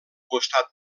costat